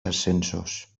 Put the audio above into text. ascensos